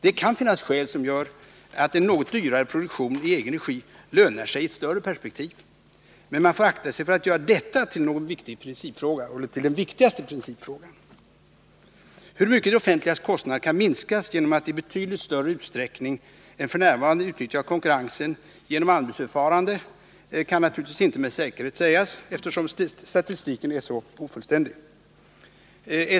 Det kan finnas skäl som gör att en något dyrare produktion i egen regi lönar sig i ett större perspektiv. Men man får akta sig för att göra detta till den viktigaste principfrågan. Hur mycket det offentligas kostnader kan minskas genom att i betydligt större utsträckning än f. n. utnyttja konkurrensen genom anbudsförfarande kan naturligtvis inte med säkerhet sägas, eftersom statistiken är så ofullständig.